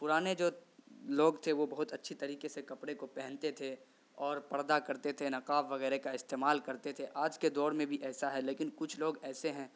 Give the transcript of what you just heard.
پرانے جو لوگ تھے وہ بہت اچھی طریقے سے کپڑے کو پہنتے تھے اور پردہ کرتے تھے نقاب وغیرہ کا استعمال کرتے تھے آج کے دور میں بھی ایسا ہے لیکن کچھ لوگ ایسے ہیں